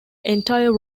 entire